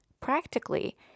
Practically